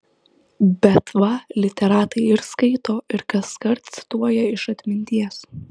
bet va literatai ir skaito ir kaskart cituoja iš atminties